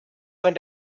von